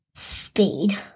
Speed